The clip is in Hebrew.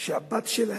שהבת שלו